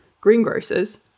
greengrocers